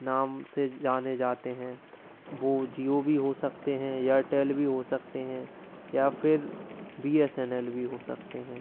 नाम से जाने जाते हैं वो जियो भी हो सकते हैं एयरटेल भी हो सकते हैं या फ़िर बी एस एन एल भी हो सकते हैं